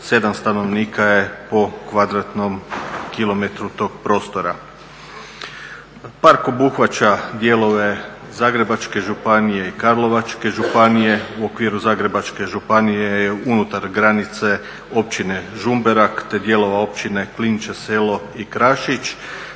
oko 7 stanovnika je po km2 tog prostora. Park obuhvaća dijelove Zagrebačke županije i Karlovačke županije. U okviru Zagrebačke županije je unutar granice Općine Žumberak te dijelova Općine Klinča selo i Krašić